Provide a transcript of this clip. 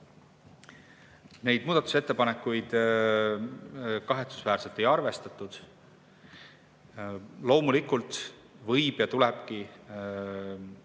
Neid muudatusettepanekuid kahetsusväärselt ei arvestatud. Loomulikult võib ja tulebki